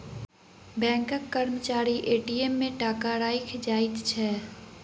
बैंकक कर्मचारी ए.टी.एम मे टाका राइख जाइत छै